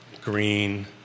Green